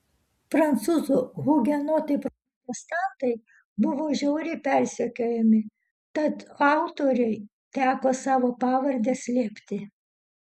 prancūzų hugenotai protestantai buvo žiauriai persekiojami tad autoriui teko savo pavardę slėpti